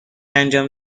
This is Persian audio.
انجام